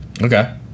Okay